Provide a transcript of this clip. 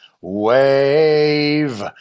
wave